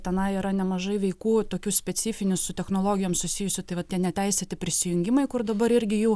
tenai yra nemažai veikų tokių specifinių su technologijom susijusių tai va neteisėti prisijungimai kur dabar irgi jų